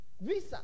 Visa